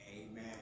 Amen